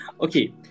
Okay